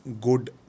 good